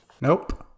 Nope